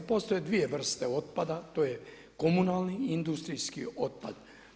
Postoje dvije vrste otpada, to je komunalni i industrijski otpad.